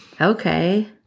okay